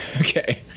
Okay